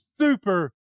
super